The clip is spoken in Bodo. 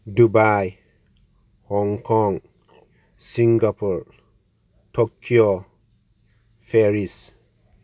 Dubai Hong Kong Singapore Tokyo Paris